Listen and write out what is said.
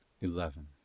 eleven